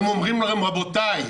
הם אומרים להם: רבותיי,